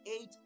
eight